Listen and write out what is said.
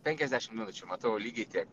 penkiasdešim minučių matau lygiai tiek